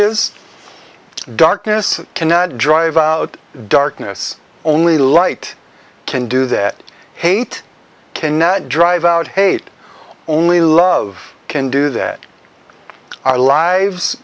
his darkness cannot drive out darkness only light can do that hate cannot drive out hate only love can do that our lives